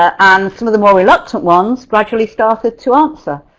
and some of the more reluctant ones gradually started to answer.